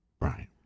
Right